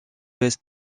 ouest